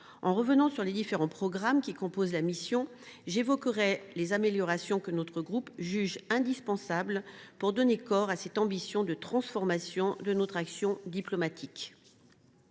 En revenant sur les différents programmes qui composent la mission, j’évoquerai les améliorations que notre groupe juge indispensables pour donner corps à cette ambition de transformation de notre action diplomatique.